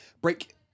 break